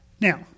Now